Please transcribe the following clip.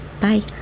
bye